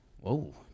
Whoa